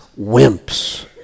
wimps